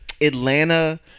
Atlanta